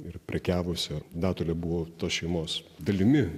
ir prekiavusia datulė buvo tos šeimos dalimi